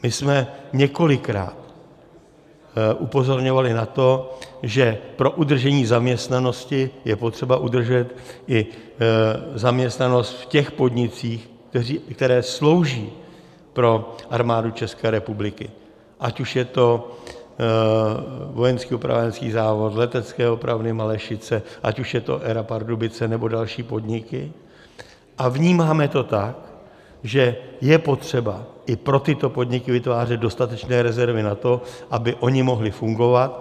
My jsme několikrát upozorňovali na to, že pro udržení zaměstnanosti je potřeba udržet i zaměstnanost v těch podnicích, které slouží pro Armádu České republiky, ať už je to Vojenský opravárenský závod, Letecké opravny Malešice, ať už je to ERA Pardubice, nebo další podniky, a vnímáme to tak, že je potřeba i pro tyto podniky vytvářet dostatečné rezervy na to, aby mohly fungovat.